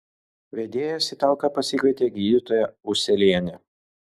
vedėjas į talką pasikvietė gydytoją ūselienę